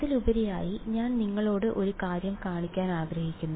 അതിലുപരിയായി ഞാൻ നിങ്ങളോട് ഒരു കാര്യം കാണിക്കാൻ ആഗ്രഹിക്കുന്നു